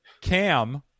cam